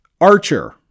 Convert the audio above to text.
Archer